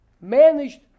managed